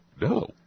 No